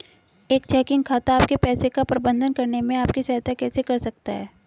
एक चेकिंग खाता आपके पैसे का प्रबंधन करने में आपकी सहायता कैसे कर सकता है?